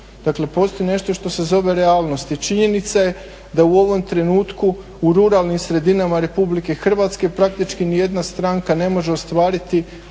postoji nešto što se zove realnost. I činjenica je da u ovom trenutku u ruralnim sredinama RH praktički nijedna stranka ne može ostvariti